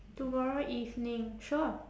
tomorrow evening sure